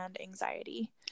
anxiety